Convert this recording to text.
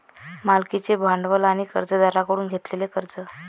मालकीचे भांडवल आणि कर्जदारांकडून घेतलेले कर्ज